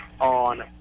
on